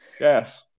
Yes